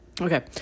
Okay